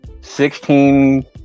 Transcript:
sixteen